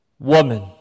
Woman